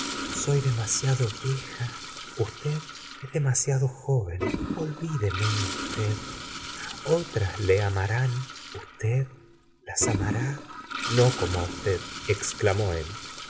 soy demasiado vieja usted es demasiado joven olvídeme usted otras le amarán u'lted las amará no como usted ex clamó él